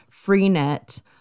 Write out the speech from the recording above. Freenet